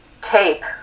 tape